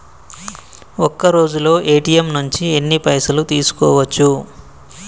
ఒక్కరోజులో ఏ.టి.ఎమ్ నుంచి ఎన్ని పైసలు తీసుకోవచ్చు?